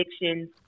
Addiction